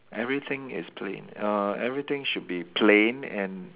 everything is plain uh everything should be plain and